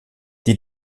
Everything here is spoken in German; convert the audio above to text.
die